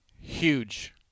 huge